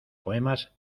poemas